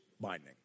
binding